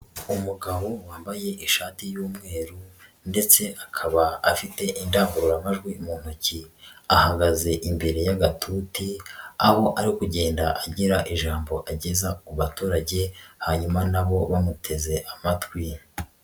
Umugabo wambaye ishati y'umweru ndetse akaba afite indangururamajwi mu ntoki, ahagaze imbere y'agatute aho ari kugenda agira ijambo ageza ku baturage, hanyuma na bo bamuteze amatwi.